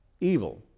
evil